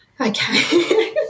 Okay